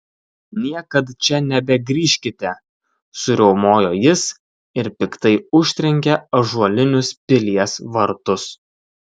niekad čia nebegrįžkite suriaumojo jis ir piktai užtrenkė ąžuolinius pilies vartus